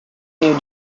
new